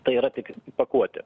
tai yra tik pakuotė